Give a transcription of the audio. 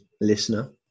listener